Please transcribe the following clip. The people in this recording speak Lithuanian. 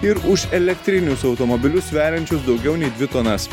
ir už elektrinius automobilius sveriančius daugiau nei dvi tonas